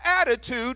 attitude